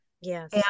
Yes